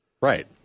Right